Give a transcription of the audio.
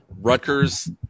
Rutgers